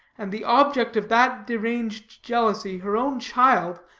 and the object of that deranged jealousy, her own child,